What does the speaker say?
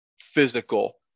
physical